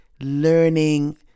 learning